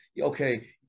okay